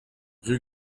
rue